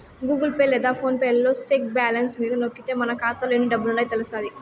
Google Pay లేదా PhonePe లలో check balance మీద నొక్కితే మన కాతాలో ఎన్ని డబ్బులుండాయో తెలస్తాది